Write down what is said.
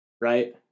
Right